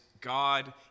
God